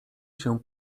się